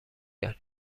کرد